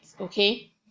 okay